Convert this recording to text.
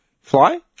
Fly